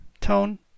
tone